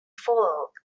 followed